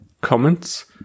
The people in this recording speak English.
Comments